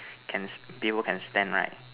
can people can stand right